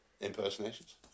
impersonations